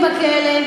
דעתם.